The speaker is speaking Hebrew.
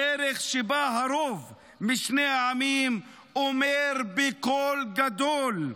דרך שבה הרוב משני העמים אומר בקול גדול: